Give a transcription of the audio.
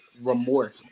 remorse